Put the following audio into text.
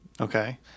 Okay